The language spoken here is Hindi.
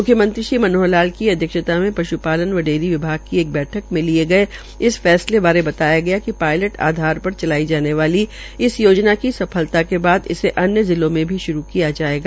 म्ख्यमंत्री मनोहर लाल की अध्यक्षता मे पश्पालन व डेयारी विभाग की एक बैठक मे लिये इस फैसले बारे बतायाकि पायलट आधार पर चलाई जाने वाली इस योजना की सफलता के बाद इसे अन्य जिलों में भी श्रू किया जायेगा